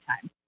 time